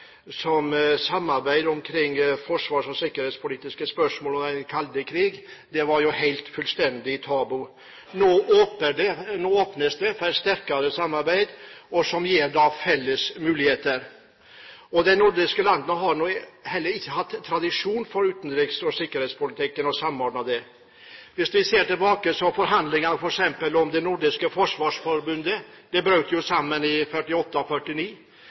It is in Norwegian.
samarbeid omkring forsvars- og sikkerhetspolitiske spørsmål og den kalde krig var fullstendig tabu. Nå åpnes det for et sterkere samarbeid som gir felles muligheter. De nordiske landene har heller ikke hatt tradisjon for en samordnet utenriks- og sikkerhetspolitikk. Hvis vi ser tilbake på forhandlingene f.eks. om det nordiske forsvarsforbundet, brøt jo de sammen i 1948–1949. Vi har hatt en delt sikkerhetspolitikk, og